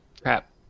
Crap